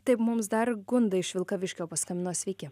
taip mums dar gunda iš vilkaviškio paskambino sveiki